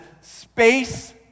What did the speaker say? space